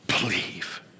believe